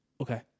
okay